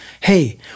hey